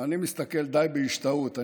אני מסתכל די בהשתאות.